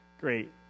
great